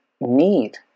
need